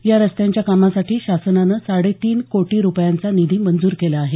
या रस्त्यांच्या कामासाठी शासनानं साडेतीन कोटी रुपयांचा निधी मंजूर केला आहे